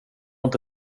inte